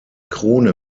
krone